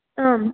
आम्